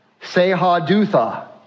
Sehadutha